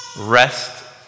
Rest